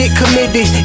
committed